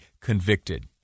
convicted